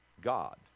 God